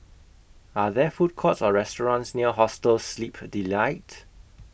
Are There Food Courts Or restaurants near Hostel Sleep Delight